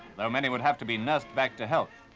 though many would have to be nursed back to health.